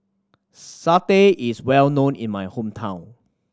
satay is well known in my hometown